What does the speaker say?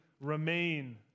remain